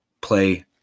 play